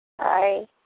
Hi